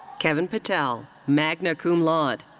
kevin patel, magna cum laude.